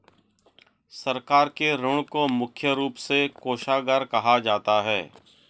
सरकार के ऋण को मुख्य रूप से कोषागार कहा जाता है